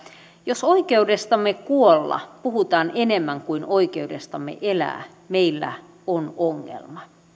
jos oikeudestamme kuolla puhutaan enemmän kuin oikeudestamme elää meillä on ongelma